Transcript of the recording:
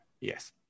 yes